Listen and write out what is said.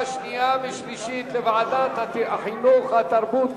2010, לוועדת החינוך, התרבות